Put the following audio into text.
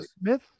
Smith